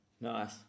nice